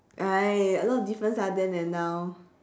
a lot of difference ah then and now